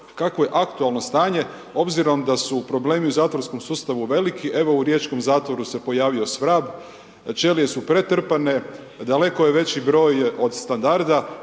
kako je aktualno stanje obzirom da su problemi u zatvorskom sustavu veliki, evo u riječkom zatvoru se pojavio svrab, ćelije su pretrpane, daleko je veći broj od standarda,